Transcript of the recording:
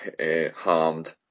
harmed